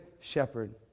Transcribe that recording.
shepherd